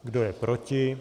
Kdo je proti?